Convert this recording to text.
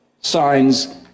signs